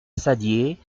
saddier